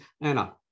Anna